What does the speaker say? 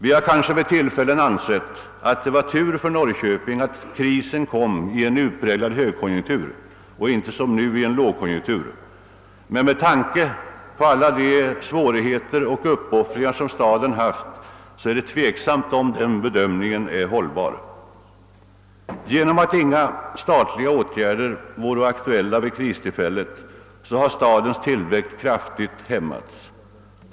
Vi har kanske vid några tillfällen ansett att det var tur för Norrköping att krisen kom under en utpräglad högkonjunktur och inte som nu i en låg konjunktur, men med tanke på alla svårigheter och uppoffringar för staden är det tveksamt om den bedömningen är hållbar. Genom att inga statliga åtgärder var aktuella vid kristillfället har stadens tillväxt kraftigt hämmats.